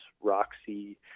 Roxy